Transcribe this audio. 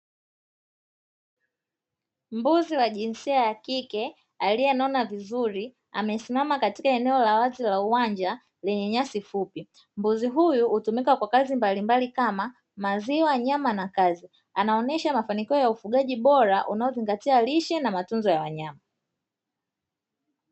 Mbuzi wa jinsia ya kike aliyenona vizuri amesimama katika eneo la wazi la uwanja lenye nyasi fupi. Mbuzi huyu hutumika kwa kazi mbalimbali kama maziwa, nyama na kazi, anaonyesha mafanikio ya ufugaji bora unaozingatia lishe na matunzo ya wanyama.